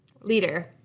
leader